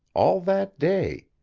all that day.